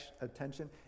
attention